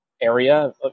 area